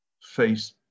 face